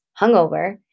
hungover